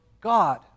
God